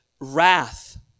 Wrath